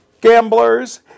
gamblers